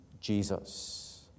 Jesus